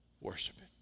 worshiping